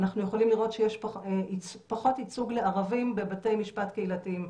אנחנו יכולים לראות שיש פחות ייצוג לערבים בבתי משפט קהילתיים,